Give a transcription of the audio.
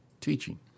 teaching